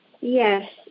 Yes